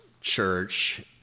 church